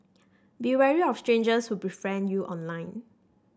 be wary of strangers who befriend you online